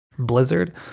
Blizzard